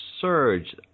surge